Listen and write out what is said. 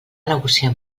negociar